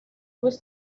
was